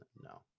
no